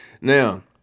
Now